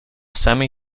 semi